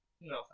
No